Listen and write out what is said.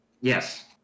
yes